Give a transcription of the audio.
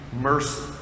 mercy